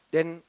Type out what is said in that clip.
then